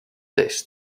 this